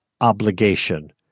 obligation